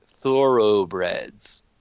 Thoroughbreds